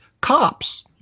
Cops